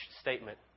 statement